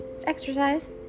exercise